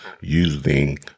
using